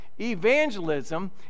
evangelism